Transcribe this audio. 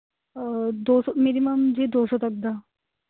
ਦੋ ਸੌ ਮਿੰਨੀਮਮ ਜੀ ਦੋ ਸੌ ਤੱਕ ਦਾ